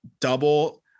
double